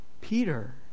Peter